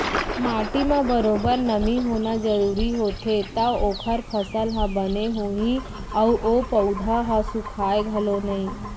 माटी म बरोबर नमी होना जरूरी होथे तव ओकर फसल ह बने होही अउ ओ पउधा ह सुखाय घलौ नई